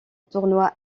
tournoi